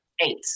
Eight